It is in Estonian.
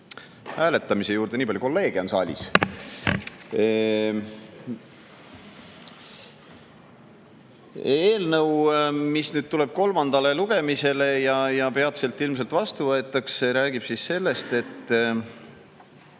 hääletamise juurde, nii palju kolleege on saalis. Eelnõu, mis tuleb kolmandale lugemisele ja peatselt ilmselt vastu võetakse, räägib sellest, et